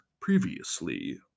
previously